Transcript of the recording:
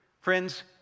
Friends